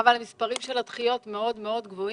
אבל המספרים של הדחיות מאוד מאוד גבוהים.